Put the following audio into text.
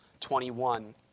21